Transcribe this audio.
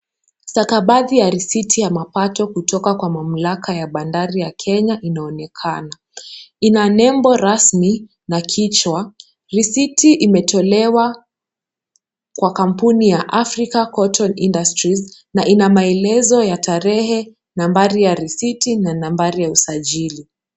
Stakabadhi ya risiti ya mapato kutoka kwa mamlaka ya bandari ya Kenya inaonekana. Ina nembo rasmi na kichwa. Risiti imetolewa na kampuni ya AFFRICA COTTON INDUSTRIES na ina maelezo ya tarehe, nambari ya risiti na nambari ya usajili.